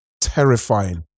terrifying